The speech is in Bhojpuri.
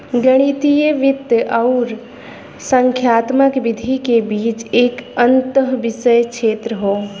गणितीय वित्त आउर संख्यात्मक विधि के बीच एक अंतःविषय क्षेत्र हौ